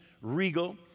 regal